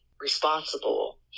responsible